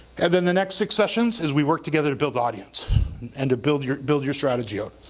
and then the next six sessions is we work together to build audience and to build your build your strategy out.